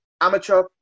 amateur